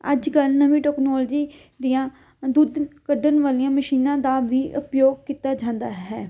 ਅੱਜ ਕੱਲ੍ਹ ਨਵੀਂ ਟੈਕਨੋਲਜੀ ਦੀਆਂ ਦੁੱਧ ਕੱਢਣ ਵਾਲੀਆਂ ਮਸ਼ੀਨਾਂ ਦਾ ਵੀ ਉਪਯੋਗ ਕੀਤਾ ਜਾਂਦਾ ਹੈ